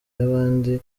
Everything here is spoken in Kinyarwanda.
y’abandi